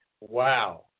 wow